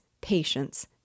patience